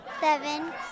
Seven